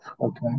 okay